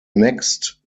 next